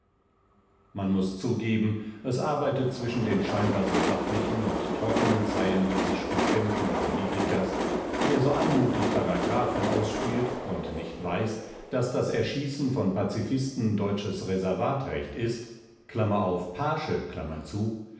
man muß zugeben es arbeitet zwischen den scheinbar so sachlichen und trockenen zeilen dieses stupenden politikers der so anmutig paragraphen ausspielt und nicht weiß daß das erschießen von pazifisten deutsches reservatrecht ist